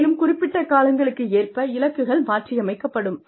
மேலும் குறிப்பிட்ட காலங்களுக்கு ஏற்ப இலக்குகள் மாற்றியமைக்கப்படும்